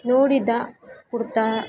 ನೋಡಿದ ಕುರ್ತಾ